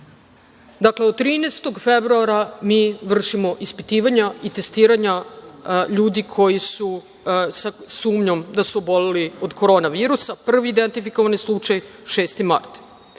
od 13. februara mi vršimo ispitivanja i testiranja ljudi koji su sa sumnjom da su oboleli od Koronavirusa. Prvi identifikovani slučaj 6. mart. Prvi